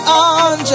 on